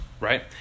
right